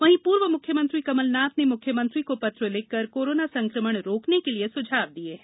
वहींपूर्व म्ख्यमंत्री कमलनाथ ने म्ख्यमंत्री को पत्र लिखकर कोरोना संक्रमण रोकने के लिए स्झाव दिए है